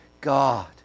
God